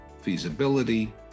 feasibility